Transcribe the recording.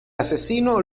asesino